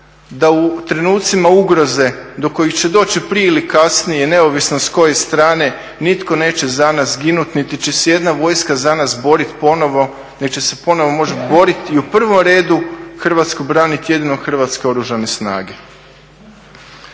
da u trenucima ugroze do kojih će doći prije ili kasnije neovisno s koje strane, nitko neće za nas ginut niti će se ijedna vojska za nas borit ponovno, nit će se ponovno moći boriti i u prvom redu Hrvatsku branit jedino Hrvatske oružane snage.